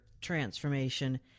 transformation